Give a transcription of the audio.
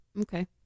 Okay